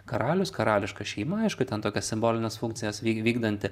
karalius karališka šeima aišku ten tokias simbolines funkcijas vyk vykdanti